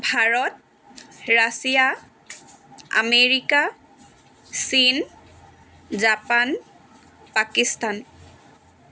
Bharat Russia America চীন Japan Pakistan